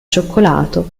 cioccolato